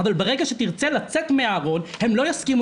אבל ברגע שתרצה לצאת מן הארון הם לא יסכימו